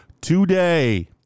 today